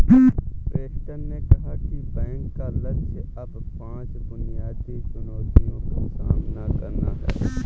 Preston ने कहा कि बैंक का लक्ष्य अब पांच बुनियादी चुनौतियों का सामना करना है